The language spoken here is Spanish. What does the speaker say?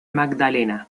magdalena